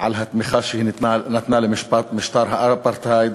על התמיכה שהיא נתנה למשטר האפרטהייד